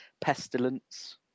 pestilence